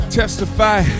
testify